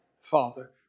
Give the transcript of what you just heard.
father